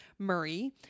Murray